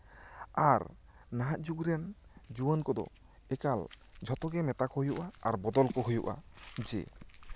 ᱟᱨ ᱱᱟᱦᱟᱜ ᱡᱩᱜᱽ ᱨᱮᱱ ᱡᱩᱣᱟᱹᱱ ᱠᱚᱫᱚ ᱮᱠᱟᱞ ᱡᱷᱚᱛᱚ ᱜᱮ ᱢᱮᱛᱟ ᱠᱚ ᱦᱩᱭᱩᱜᱼᱟ ᱵᱚᱫᱚᱞ ᱠᱚ ᱦᱩᱭᱩᱜᱼᱟ ᱡᱮ